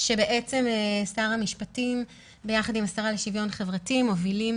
ששר המשפטים ביחד עם השרה לשוויון חברתי מובילים